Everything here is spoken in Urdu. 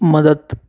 مدد